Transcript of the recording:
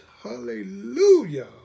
hallelujah